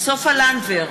סופה לנדבר,